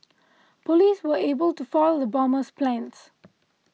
police were able to foil the bomber's plans